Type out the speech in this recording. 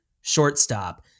shortstop